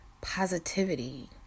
positivity